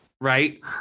Right